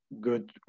good